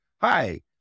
hi